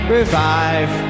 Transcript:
revive